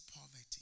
poverty